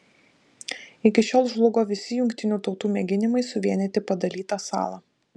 iki šiol žlugo visi jungtinių tautų mėginimai suvienyti padalytą salą